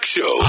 Show